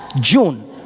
June